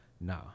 Nah